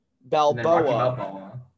Balboa